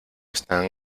están